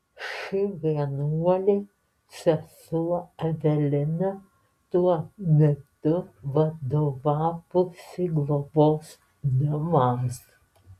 ši vienuolė sesuo evelina tuo metu vadovavusi globos namams